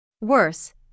Worse